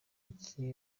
iki